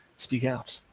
speak out.